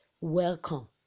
welcome